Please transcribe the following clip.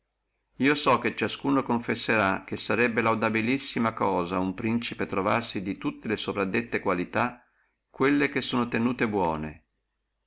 io so che ciascuno confesserà che sarebbe laudabilissima cosa uno principe trovarsi di tutte le soprascritte qualità quelle che sono tenute buone